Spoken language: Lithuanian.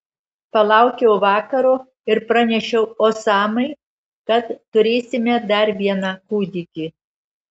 palaukiau vakaro ir pranešiau osamai kad turėsime dar vieną kūdikį